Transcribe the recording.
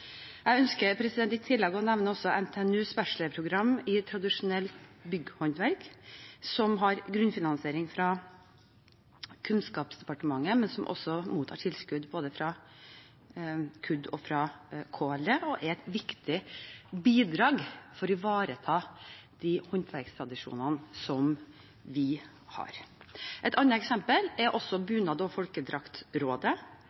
Jeg ønsker i tillegg å nevne NTNUs bachelorprogram i tradisjonelt bygghåndverk, som har grunnfinansiering fra Kunnskapsdepartementet, men som også mottar tilskudd både fra Kunnskapsdepartementet og fra Klima- og miljødepartementet og er et viktig bidrag for å ivareta de håndverkstradisjonene som vi har. Et annet eksempel er